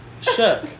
shook